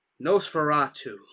Nosferatu